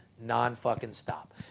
non-fucking-stop